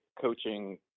coaching